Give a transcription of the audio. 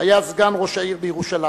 היה סגן ראש העיר בירושלים,